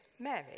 Mary